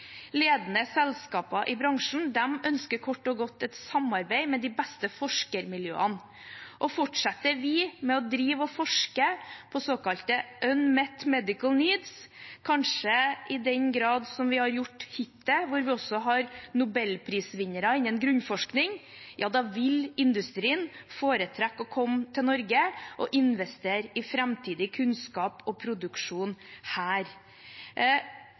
Ledende selskaper i bransjen ønsker kort og godt et samarbeid med de beste forskermiljøene, og fortsetter vi med å forske på såkalte «unmet medical needs» – kanskje i den grad vi har gjort hittil, hvor vi også har nobelprisvinnere innen grunnforskning – da vil industrien foretrekke å komme til Norge og investere i framtidig kunnskap og produksjon her.